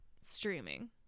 streaming